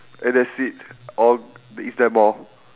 and that's it or is there more